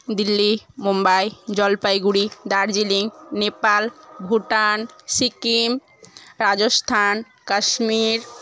Delhi Mumbai Jalpaiguri Darjeeling Nepal Bhutan Sikkim Rajasthan Kashmir